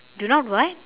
do not what